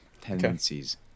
tendencies